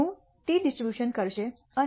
હું T distribution કરશે અને